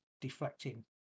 deflecting